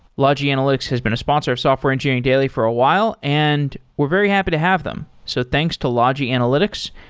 logi analytics has been a sponsor of software engineering daily for a while, and we're very happy to have them. so thanks to logi analytics,